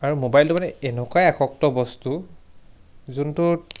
আৰু মোবাইলটো মানে এনেকুৱাই আসক্ত বস্তু যোনটোত